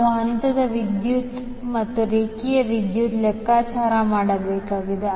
ನಾವು ಹಂತದ ವಿದ್ಯುತ್ ಮತ್ತು ರೇಖೆಯ ವಿದ್ಯುತ್ ಲೆಕ್ಕಾಚಾರ ಮಾಡಬೇಕಾಗಿದೆ